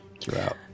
throughout